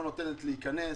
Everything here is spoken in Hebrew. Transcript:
לא נותנת להיכנס.